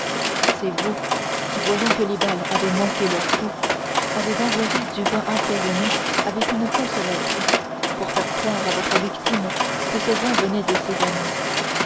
c'est vous qui voyant que les balles avaient manqué leur coup avez envoyé du vin empoisonné avec une fausse lettre pour faire croire à votre victime que ce vin venait de ses amis